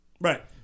right